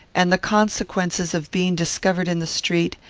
and the consequences of being discovered in the street,